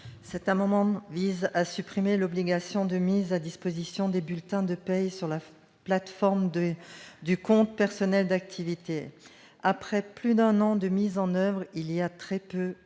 Cet amendement vise à supprimer l'obligation de mise à disposition des bulletins de paie sur la plateforme du compte personnel d'activité, le CPA. Après plus d'un an de mise en oeuvre, les consultations par